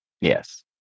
Yes